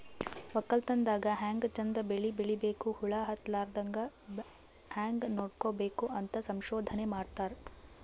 ವಕ್ಕಲತನ್ ದಾಗ್ ಹ್ಯಾಂಗ್ ಚಂದ್ ಬೆಳಿ ಬೆಳಿಬೇಕ್, ಹುಳ ಹತ್ತಲಾರದಂಗ್ ಹ್ಯಾಂಗ್ ನೋಡ್ಕೋಬೇಕ್ ಅಂತ್ ಸಂಶೋಧನೆ ಮಾಡ್ತಾರ್